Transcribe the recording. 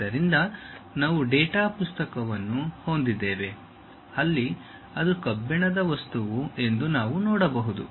ಆದ್ದರಿಂದ ನಾವು ಡೇಟಾ ಪುಸ್ತಕವನ್ನು ಹೊಂದಿದ್ದೇವೆ ಅಲ್ಲಿ ಅದು ಕಬ್ಬಿಣದ ವಸ್ತುವು ಎಂದು ನಾವು ನೋಡಬಹುದು